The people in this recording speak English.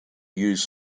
use